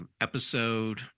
episode